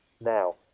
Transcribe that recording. Now